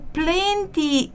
plenty